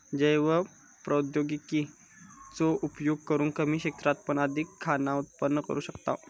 जैव प्रौद्योगिकी चो उपयोग करून कमी क्षेत्रात पण अधिक खाना उत्पन्न करू शकताव